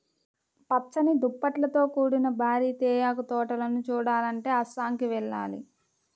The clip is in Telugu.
పచ్చని దుప్పట్లతో కూడిన భారీ తేయాకు తోటలను చూడాలంటే అస్సాంకి వెళ్ళాలి